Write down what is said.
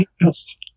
Yes